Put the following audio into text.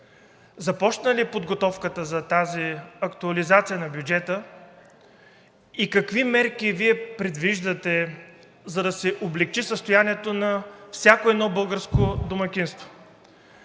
Започна ли подготовката за тази актуализация на бюджета? Какви мерки Вие предвиждате, за да се облекчи състоянието на всяко едно българско домакинство?